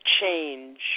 change